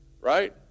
right